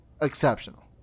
exceptional